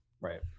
Right